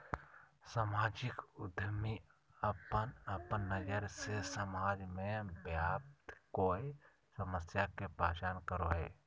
सामाजिक उद्यमी अपन अपन नज़र से समाज में व्याप्त कोय समस्या के पहचान करो हइ